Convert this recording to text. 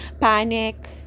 panic